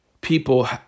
people